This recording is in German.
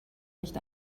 nicht